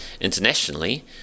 internationally